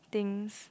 things